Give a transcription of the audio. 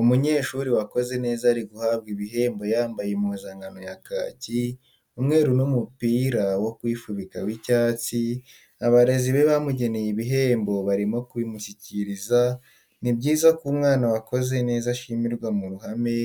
Umunyeshuri wakoze neza ari guhabwa ibihembo yambaye impuzankano ya kaki, umweru n'umupira wo kwifubika w'icyatsi, abarezi be bamugeneye ibihembo barimo kubimushyikiriza, ni byiza ko umwana wakoze neza ashimirwa mu ruhame